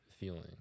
Feeling